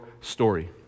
story